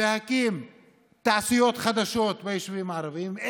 להקים תעשיות חדשות ביישובים הערביים.